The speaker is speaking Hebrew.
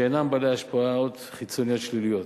שאינם בעלי השפעות חיצוניות שליליות.